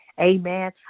Amen